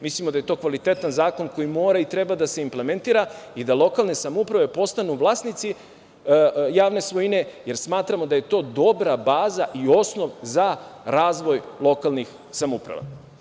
Mislimo da je to kvalitetan zakon koji mora i treba da se implementira i da lokalne samouprave postanu vlasnici javne svojine, jer smatramo da je to dobra baza i osnov za razvoj lokalnih samouprava.